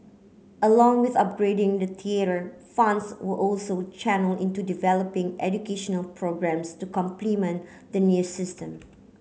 along with upgrading the theatre funds were also channelled into developing educational programmes to complement the new system